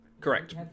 Correct